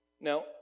Now